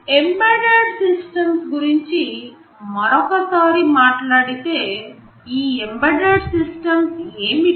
embedded systems గురించి మరొకసారి మాట్లాడితే ఈ ఎంబెడెడ్ సిస్టమ్స్ ఏమిటి